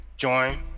join